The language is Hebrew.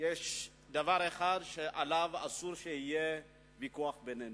שיש דבר אחד שעליו אסור שיהיה ויכוח בינינו,